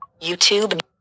YouTube